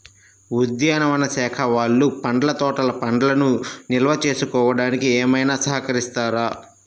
ఉద్యానవన శాఖ వాళ్ళు పండ్ల తోటలు పండ్లను నిల్వ చేసుకోవడానికి ఏమైనా సహకరిస్తారా?